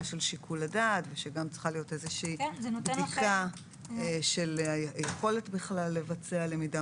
של שיקול הדעת ושגם צריכה להיות איזושהי בדיקה של היכולת לבצע למידה